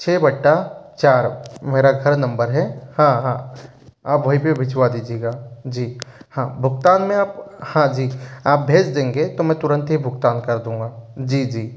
छः बट्टा चार मेरा घर नम्बर है हाँ हाँ आप वहीं पर भिजवा दीजिएगा जी हाँ भुगतान में आप हाँ जी आप भेज देंगे तो मैं तुरंत ही भुगतान कर दूँगा जी जी